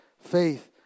faith